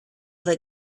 that